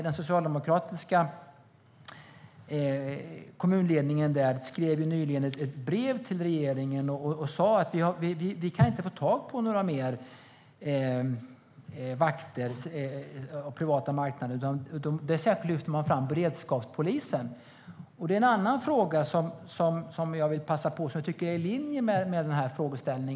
Den socialdemokratiska kommunledningen i Märsta skrev nyligen ett brev till regeringen och framförde att man inte kan få tag på fler vakter på den privata marknaden. Kommunledningen lyfter fram beredskapspolisen. Det är en annan fråga som jag vill passa på att ta upp eftersom jag tycker att den ligger i linje med min interpellation.